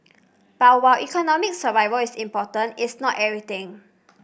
but while economic survival is important it's not everything